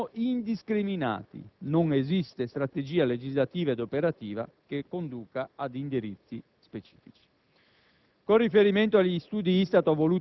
Gli interventi e le norme sono indiscriminati; non esiste strategia legislativa ed operativa che conduca ad indirizzi specifici.